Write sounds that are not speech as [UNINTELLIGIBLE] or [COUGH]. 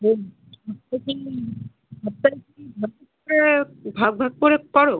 [UNINTELLIGIBLE] ভাগ ভাগ করে করো